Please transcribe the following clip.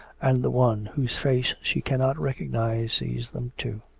and the one whose face she cannot recognise sees them too.